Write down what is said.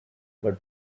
but